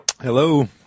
Hello